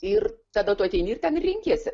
ir tada tu ateini ir ten ir renkiesi